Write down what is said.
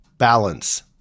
balance